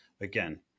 again